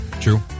True